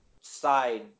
side